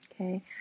Okay